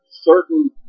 certain